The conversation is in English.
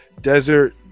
desert